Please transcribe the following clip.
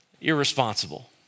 irresponsible